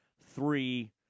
three